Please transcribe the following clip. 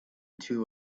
two